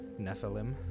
nephilim